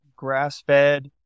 grass-fed